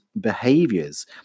behaviors